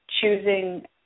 choosing